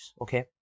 okay